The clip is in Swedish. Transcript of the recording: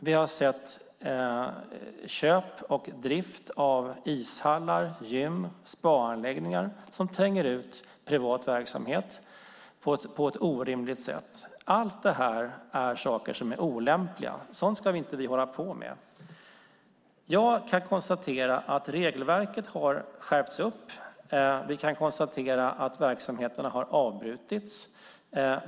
Vi har sett köp och drift av ishallar, gym och spaanläggningar som tränger ut privat verksamhet på ett orimligt sätt. Allt det här är saker som är olämpliga. Sådant ska vi inte hålla på med. Regelverket har skärpts upp. Vi kan konstatera att verksamheter har avbrutits.